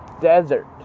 desert